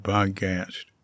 Podcast